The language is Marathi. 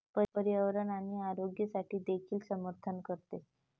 पर्यावरण आणि आरोग्यासाठी देखील समर्थन करते